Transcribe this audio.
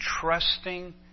trusting